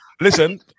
listen